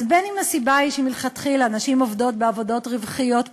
אז בין אם הסיבה היא שמלכתחילה נשים עובדות בעבודות רווחיות פחות,